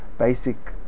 basic